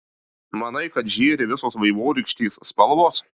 manai kad žėri tik vaivorykštės spalvos